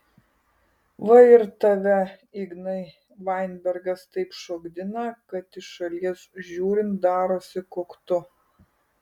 va ir tave ignai vainbergas taip šokdina kad iš šalies žiūrint darosi koktu